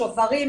שוברים,